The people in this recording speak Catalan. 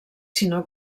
sinó